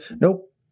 Nope